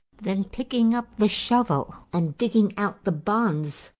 then picking up the shovel and digging out the bonds,